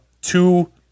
two